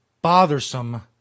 Bothersome